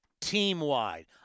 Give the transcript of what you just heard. team-wide